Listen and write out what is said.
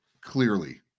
clearly